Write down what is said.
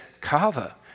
Kava